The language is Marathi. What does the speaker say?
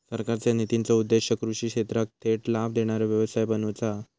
सरकारचे नितींचो उद्देश्य कृषि क्षेत्राक थेट लाभ देणारो व्यवसाय बनवुचा हा